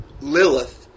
Lilith